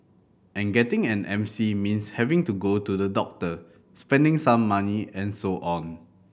and getting an M C means having to go to the doctor spending some money and so on